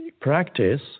Practice